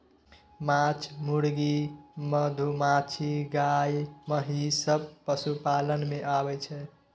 माछ, मुर्गी, मधुमाछी, गाय, महिष सब पशुपालन मे आबय छै